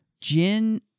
Jin